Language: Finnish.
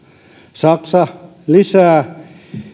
saksa lisää